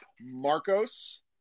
Marcos